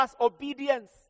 obedience